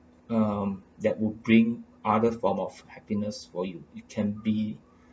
um that would bring other form of happiness for you you can be